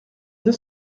deux